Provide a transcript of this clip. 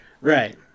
Right